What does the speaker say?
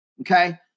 Okay